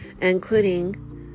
including